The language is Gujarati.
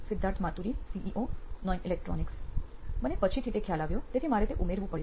સિદ્ધાર્થ માતુરી સીઇઓ નોઇન ઇલેક્ટ્રોનિક્સ મને પછી તે ખ્યાલ આવ્યો તેથી મારે તે ઉમેરવું પડ્યું